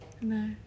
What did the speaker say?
No